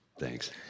Thanks